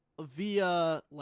via